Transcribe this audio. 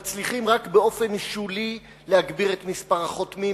מצליחים רק באופן שולי להגביר את מספר החותמים